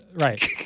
Right